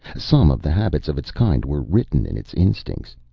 some of the habits of its kind were written in its instincts.